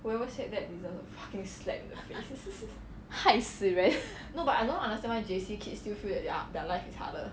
害死人